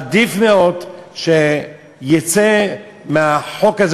עדיף מאוד שיצא מהחוק הזה,